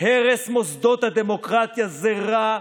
הרס מוסדות הדמוקרטיה זה רע,